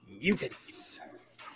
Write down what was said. Mutants